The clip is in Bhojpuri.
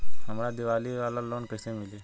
हमरा दीवाली वाला लोन कईसे मिली?